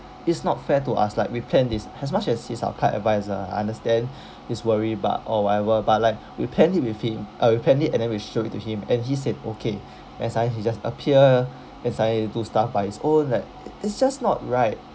it's not fair to us like we planned this as much as he's our club adviser I understand his worry but or whatever but like we planned it with him uh we planned it and then we showed it to him and he said okay then suddenly he just appear then suddenly he do stuff by his own that it it's just not right